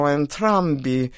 entrambi